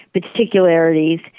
particularities